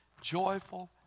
joyful